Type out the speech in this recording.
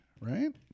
right